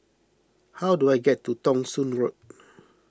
how do I get to Thong Soon Road